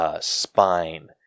spine